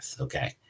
okay